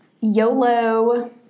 YOLO